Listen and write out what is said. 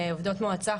עובדות מועצה,